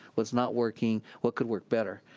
what's not working, what could work better.